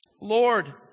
Lord